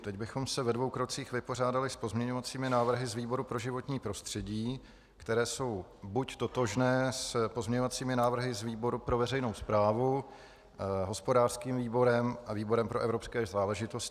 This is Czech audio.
Teď bychom se ve dvou krocích vypořádali s pozměňovacími návrhy z výboru pro životní prostředí, které jsou buď totožné s pozměňovacími návrhy z výboru pro veřejnou správu, hospodářského výboru a výboru pro evropské záležitosti.